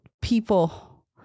people